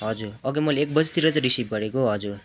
हजुर अघि मैले एक बजीतिर त रिसिभ गरेको हजुर